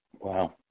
Wow